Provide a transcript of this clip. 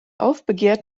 aufbegehrt